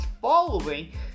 following